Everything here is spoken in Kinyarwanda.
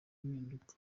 impinduka